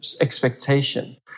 expectation